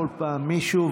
כל פעם מישהו,